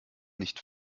nicht